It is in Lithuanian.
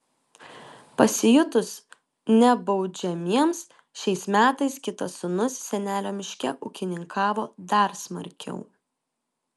pasijutus nebaudžiamiems šiais metais kitas sūnus senelio miške ūkininkavo dar smarkiau